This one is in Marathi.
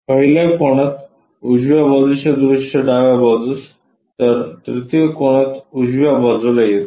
पहिल्या कोनात उजव्या बाजूचे दृश्य डाव्या बाजूस तर तृतीय कोनात उजव्या बाजूला येते